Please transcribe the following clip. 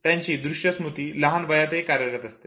त्यांची दृश्य स्मृती लहान वयातही कार्यरत असते